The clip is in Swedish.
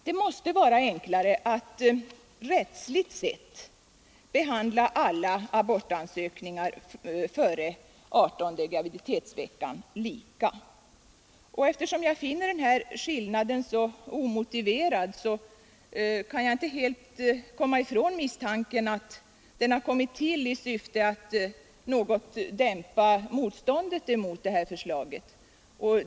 Det måste vara enklare att rättsligt sett behandla alla abortansökningar före adertonde graviditetsveckan lika. Och eftersom jag finner den här skillnaden så omotiverad kan jag inte helt befria mig från misstanken att förslaget har kommit till i syfte att något dämpa motståndet mot lagen.